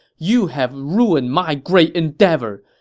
you have ruined my great endeavor!